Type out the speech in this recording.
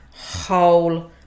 whole